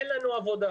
אין לנו עבודה.